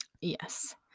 Yes